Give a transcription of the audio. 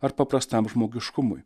ar paprastam žmogiškumui